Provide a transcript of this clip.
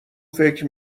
فکر